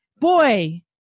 boy